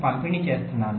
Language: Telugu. పంపిణీ చేస్తున్నాను